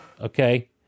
Okay